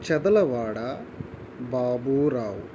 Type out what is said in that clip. Chadalavada Baburao